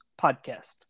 podcast